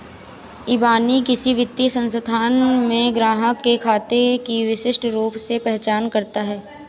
इबानी किसी वित्तीय संस्थान में ग्राहक के खाते की विशिष्ट रूप से पहचान करता है